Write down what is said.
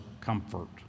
comfort